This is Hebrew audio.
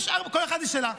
לכל אחד יש שאלה.